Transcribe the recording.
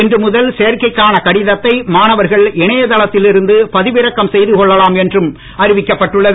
இன்று முதல் சேர்க்கைக்கான கடிதத்தை மாணவர்கள் இணையதளத்தில் இருந்து பதிவிறக்கம் செய்து கொள்ளலாம் என்றும் அறிவிக்கப்பட்டுள்ளது